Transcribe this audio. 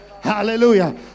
Hallelujah